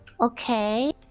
Okay